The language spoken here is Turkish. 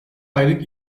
aylık